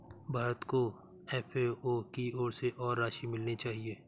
भारत को एफ.ए.ओ की ओर से और राशि मिलनी चाहिए